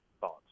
thoughts